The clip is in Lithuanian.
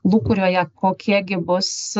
lūkuriuoja kokie gi bus